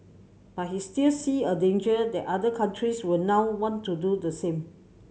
but he still see a danger that other countries will now want to do the same